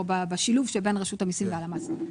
או בשילוב בין רשות מסים להלמ"ס.